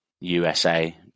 USA